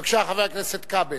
חבר הכנסת כבל,